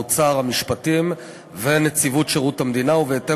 האוצר והמשפטים ונציבות שירות המדינה ובהתאם